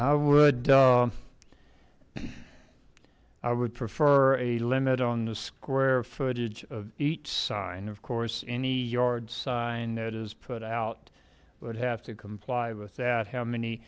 i would i would prefer a limit on the square footage of each side and of course any yard sign that is put out would have to comply with that how